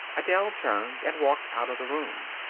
adele turned and walked out of the room.